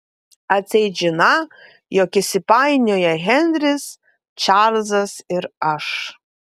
atseit žiną jog įsipainioję henris čarlzas ir aš